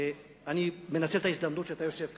אני מנצל את ההזדמנות שאתה יושב כאן: